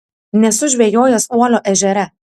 nesu žvejojęs uolio ežere